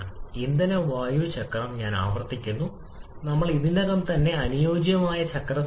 വിഘടനം വരുന്നു ജ്വലനം അല്ലെങ്കിൽ ചൂട് ചേർക്കൽ പ്രക്രിയയിൽ ചിത്രത്തിലേക്ക്